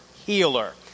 Healer